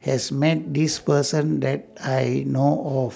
has Met This Person that I know of